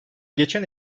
geçen